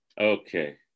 Okay